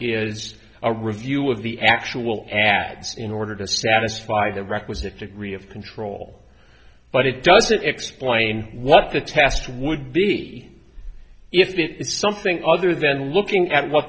is a review of the actual ad in order to satisfy the requisite degree of control but it doesn't explain what the test would be if it is something other than looking at what